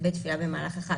לבית תפילה במהלך החג.